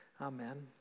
Amen